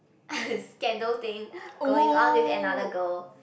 scandal thing going on with another girl